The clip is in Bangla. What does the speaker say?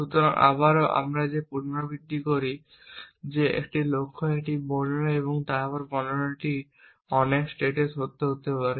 সুতরাং আবারও যে আমরা পুনরাবৃত্তি করি যে একটি লক্ষ্য একটি বর্ণনা এবং বর্ণনাটি অনেক স্টেটে সত্য হতে পারে